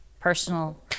personal